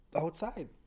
Outside